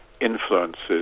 influences